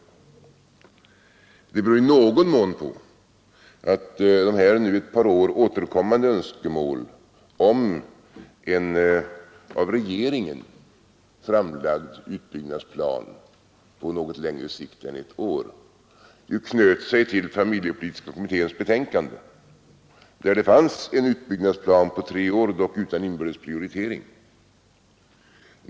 Det beror i någon mån på att de nu ett par år återkommande önskemålen om en av regeringen framlagd utbyggnadsplan på något längre sikt än ett år ju anknöts till familjepolitiska kommitténs betänkande, där det fanns en utbyggnadsplan på tre år, dock utan inbördes prioritering.